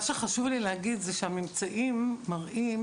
מה שחשוב לי להגיד הוא שהממצאים מראים